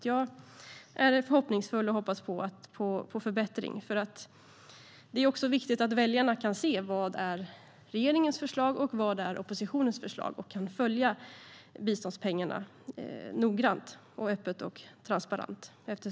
Jag är förhoppningsfull och hoppas på förbättring. Det är också viktigt att väljarna kan se vad som är regeringens förslag och vad som är oppositionens förslag och kan följa biståndspengarna noggrant, öppet och transparent.